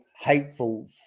hateful